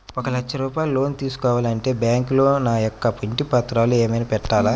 ఒక లక్ష రూపాయలు లోన్ తీసుకోవాలి అంటే బ్యాంకులో నా యొక్క ఇంటి పత్రాలు ఏమైనా పెట్టాలా?